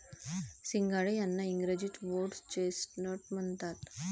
सिंघाडे यांना इंग्रजीत व्होटर्स चेस्टनट म्हणतात